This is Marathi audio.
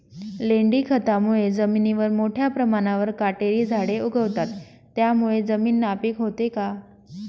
लेंडी खतामुळे जमिनीवर मोठ्या प्रमाणावर काटेरी झाडे उगवतात, त्यामुळे जमीन नापीक होते का?